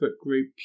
group